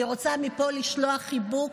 אני רוצה לשלוח מפה חיבוק